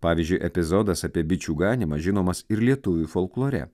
pavyzdžiui epizodas apie bičių ganymą žinomas ir lietuvių folklore